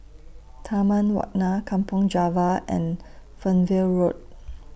Taman Warna Kampong Java and Fernvale Road